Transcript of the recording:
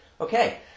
Okay